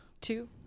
two